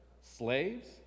slaves